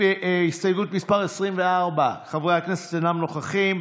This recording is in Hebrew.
אינם נוכחים,